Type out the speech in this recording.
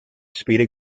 speedy